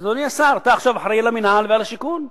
אדוני השר, אתה אחראי למינהל ולשיכון.